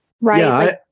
Right